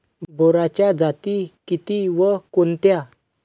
बोराच्या जाती किती व कोणत्या?